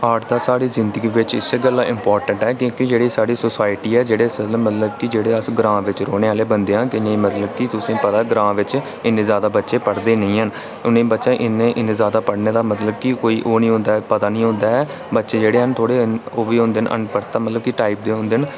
art ते साढ़ी जिंदगी बिच इस्सै गल्ला इम्पार्टेंट ऐ की जेह्ड़ी सोसायटी ऐ जेह्ड़े मतलब की अस जेह्ड़े ग्रांऽ बिच रौह्ने आह्ले बंदे आं तुसें ई पता ग्रांऽ बिच इन्ने जादा बच्चे पढ़दे निं हैन इन्नाी जादा पढ़ने दा मतलब कि कोई ओह् निं होंदा पता निं होंदा ऐ बच्चे जेह्ड़े थोह्ड़े ओह्बी होंदे न अनपढ़ता टाईप दे होंदे न